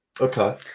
Okay